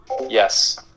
Yes